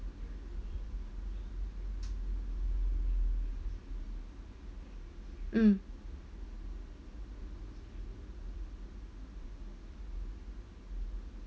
mm